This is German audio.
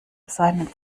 seinen